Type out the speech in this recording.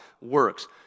works